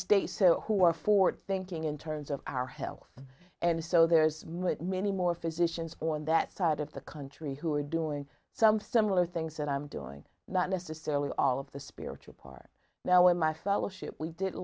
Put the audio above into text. states who are for thinking in terms of our health and so there's much many more physicians on that side of the country who are doing some similar things that i'm doing not necessarily all of the spiritual part now in my fellowship we did